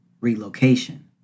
relocation